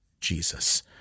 Jesus